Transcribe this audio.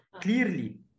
clearly